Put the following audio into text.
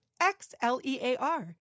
X-L-E-A-R